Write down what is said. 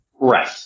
Right